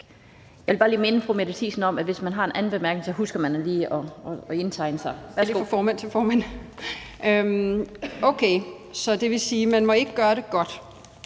Jeg vil bare lige minde fru Mette Thiesen om, at hvis man har en anden bemærkning, så husker man lige at indtegne sig. Værsgo. Kl. 12:20 Mette